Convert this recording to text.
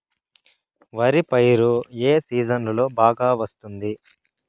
వరి పైరు ఏ సీజన్లలో బాగా వస్తుంది